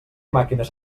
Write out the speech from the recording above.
màquines